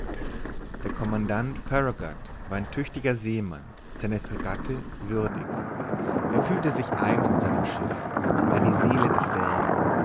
der commandant farragut war ein tüchtiger seemann seiner fregatte würdig er fühlte sich eins mit seinem schiff war die seele desselben